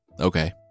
Okay